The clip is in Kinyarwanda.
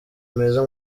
meza